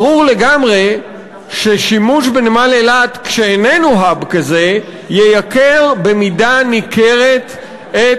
ברור לגמרי ששימוש בנמל אילת שאיננו hub כזה ייקר במידה ניכרת את